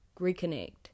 reconnect